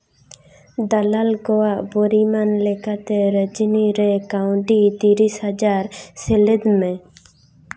ᱫᱟᱞᱟᱞ ᱠᱚᱣᱟᱜ ᱯᱚᱨᱤᱢᱟᱱ ᱞᱮᱠᱟᱛᱮ ᱨᱚᱡᱽᱱᱤ ᱨᱮ ᱠᱟᱹᱣᱰᱤ ᱛᱤᱨᱤᱥ ᱦᱟᱡᱟᱨ ᱥᱮᱞᱮᱫ ᱢᱮ